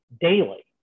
Daily